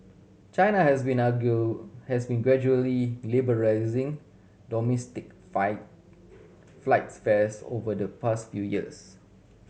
China has been argue has been gradually domestic fight flights fares over the past few years